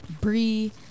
Bree